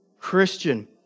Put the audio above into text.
Christian